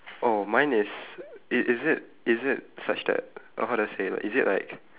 oh mine is i~ is it is it such that or how do I say like is it like